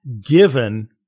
given